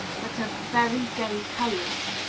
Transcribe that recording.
but of very gay colors.